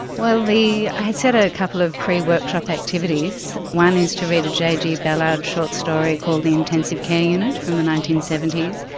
well, i set a couple of pre-workshop activities, one is to read a jg ballard short story called the intensive care unit from the nineteen seventy s,